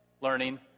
learning